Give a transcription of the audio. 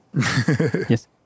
Yes